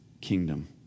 kingdom